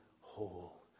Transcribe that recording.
whole